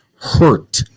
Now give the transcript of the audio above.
hurt